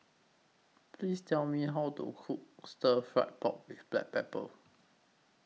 Please Tell Me How to Cook Stir Fried Pork with Black Pepper